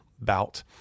bout